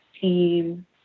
team